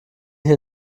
hier